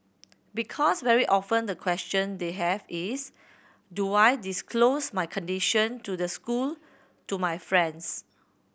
because very often the question they have is do I disclose my condition to the school to my friends